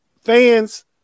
fans